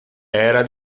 era